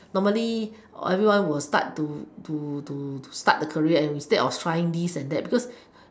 normally everyone will start to to to to start a career instead of find this and that because